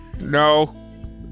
No